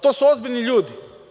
To su ozbiljni ljudi.